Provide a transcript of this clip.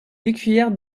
écuyères